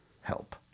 help